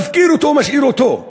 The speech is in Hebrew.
מפקיר אותו ומשאיר אותו.